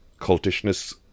cultishness